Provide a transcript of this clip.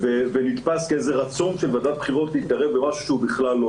ככלל ניסינו לא